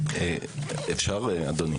בבקשה.